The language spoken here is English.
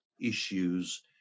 issues